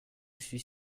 suis